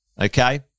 okay